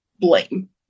blame